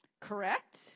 Correct